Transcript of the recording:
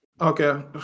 Okay